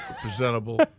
presentable